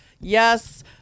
Yes